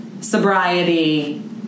sobriety